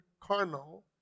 carnal